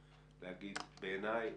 להגיד: בעיניי,